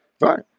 Right